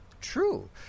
true